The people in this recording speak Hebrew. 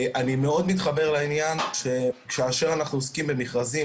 אני מאוד מתחבר לעניין שכאשר אנחנו עוסקים במכרזים